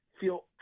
feel